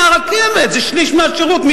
שליש מקרונות הרכבת זה שליש מהשירות,